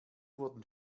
wurden